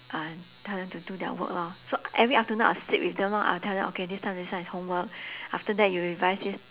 uh tell them to do their work lor so every afternoon I will sit with them lor I will tell them okay this time this time is homework after that you revise this